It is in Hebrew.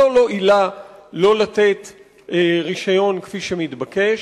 זו לא עילה שלא לתת רשיון כפי שנתבקש.